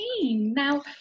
Now